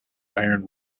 iron